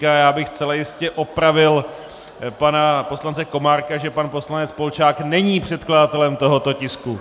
Já bych zcela jistě opravil pana poslance Komárka, že pan poslanec Polčák není předkladatelem tohoto tisku.